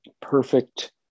perfect